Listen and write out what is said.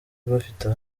bafite